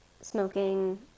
smoking